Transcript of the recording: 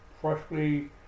freshly